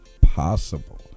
possible